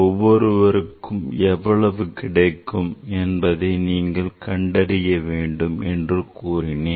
ஒவ்வொருவருக்கும் எவ்வளவு கிடைக்கும் என்பதை நீங்கள் கண்டறிய வேண்டும் என்று கூறினேன்